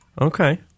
Okay